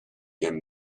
him